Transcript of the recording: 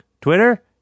twitter